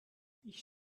ich